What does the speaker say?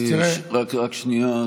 רק שנייה.